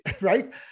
right